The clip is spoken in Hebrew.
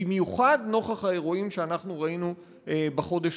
במיוחד נוכח האירועים שאנחנו ראינו בחודש